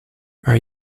are